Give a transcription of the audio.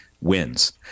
wins